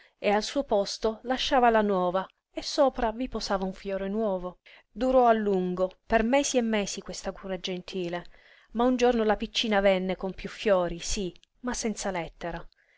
e al suo posto lasciava la nuova e sopra vi posava un fiore nuovo durò a lungo per mesi e mesi questa cura gentile ma un giorno la piccina venne con piú fiori sí ma senza lettera